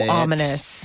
ominous